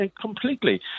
completely